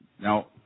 Now